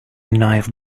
knife